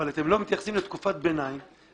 אבל אתם לא מתייחסים לתקופת ביניים,